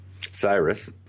Cyrus